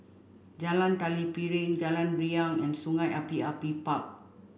Jalan Tari Piring Jalan Riang and Sungei Api Api Park